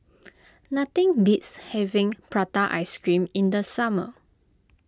nothing beats having Prata Ice Cream in the summer